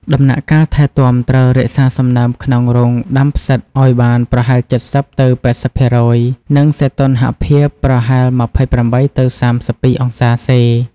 ដំណាក់កាលថែទាំត្រូវរក្សាសំណើមក្នុងរោងដាំផ្សិតឲ្យបានប្រហែល ៧០ទៅ៨០% និងសីតុណ្ហភាពប្រហែល ២៨ទៅ៣២ អង្សាសេ។